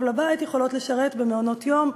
לבית יכולות הבנות לשרת במעונות יום,